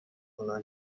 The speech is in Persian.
اونا